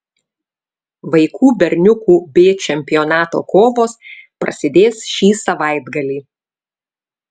vaikų berniukų b čempionato kovos prasidės šį savaitgalį